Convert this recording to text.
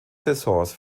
saisons